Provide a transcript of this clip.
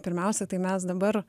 pirmiausia tai mes dabar